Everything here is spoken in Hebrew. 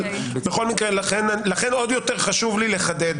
בכל מקרה לכן עוד יותר חשוב לי לחדד,